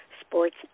Sports